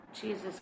Jesus